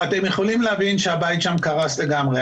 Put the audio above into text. אתם יכולים להבין שהבית שם קרס לגמרי,